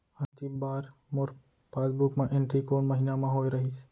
अंतिम बार मोर पासबुक मा एंट्री कोन महीना म होय रहिस?